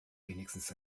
wenigstens